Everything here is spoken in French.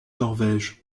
norvège